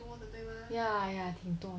ya ya 挺多